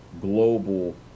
global